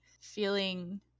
feeling